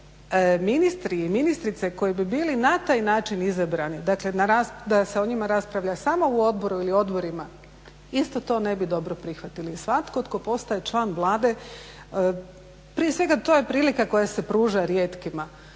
ministri i ministrice koji bi bili na taj način izabrani, dakle da se o njima raspravlja samo u odboru ili odborima isto to ne bi dobro prihvatili. Svatko tko postaje član Vlade prije svega to je prilika koja se pruža rijetkima.